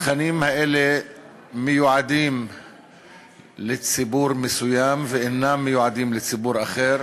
התכנים האלה מיועדים לציבור מסוים ואינם מיועדים לציבור אחר,